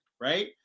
right